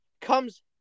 comes